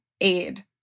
aid